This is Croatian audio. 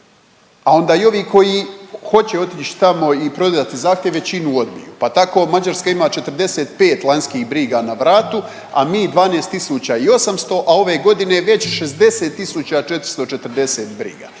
a onda i ovi koji hoće otići tamo i prodati zahtjev, većinu odbiju pa tako Mađarska ima 45 lanjskih briga na vratu, a mi 12 tisuća i 800, a ove godine već 60 440 briga.